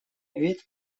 вид